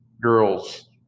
girls